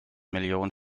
millionen